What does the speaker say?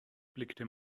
blickte